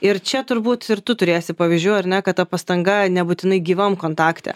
ir čia turbūt ir tu turėsi pavyzdžių ar ne kad ta pastanga nebūtinai gyvam kontakte